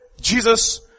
Jesus